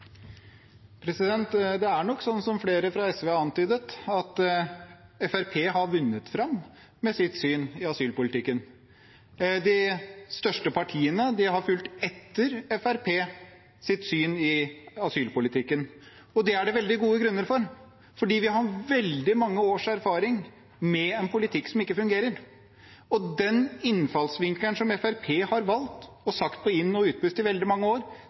nok sånn som flere fra SV har antydet, at Fremskrittspartiet har vunnet fram med sitt syn i asylpolitikken. De største partiene har fulgt etter Fremskrittspartiets syn i asylpolitikken, og det er det veldig gode grunner for, for vi har veldig mange års erfaring med en politikk som ikke fungerer. Den innfallsvinkelen Fremskrittspartiet har valgt, og sagt på inn- og utpust i veldig mange år,